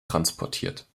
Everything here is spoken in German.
transportiert